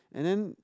and then